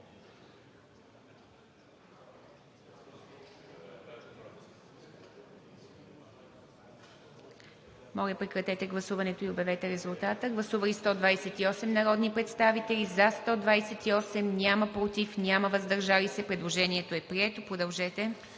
Моля, прекратете гласуването и обявете резултата. Гласували 101 народни представители, за 87, против няма и въздържали се 14. Предложението е прието. (Реплики